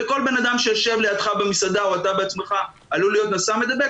וכל בן אדם שיושב לידך במסעדה או אתה בעצמך עלול להיות נשא מדבק,